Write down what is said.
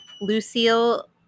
Lucille